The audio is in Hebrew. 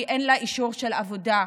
אין לה אישור עבודה.